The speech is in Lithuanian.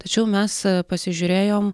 tačiau mes pasižiūrėjom